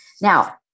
Now